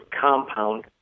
compound